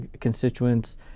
constituents